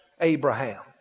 Abraham